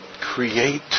create